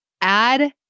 add